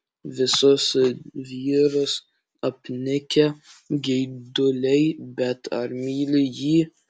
visus vyrus apnikę geiduliai bet ar myli jį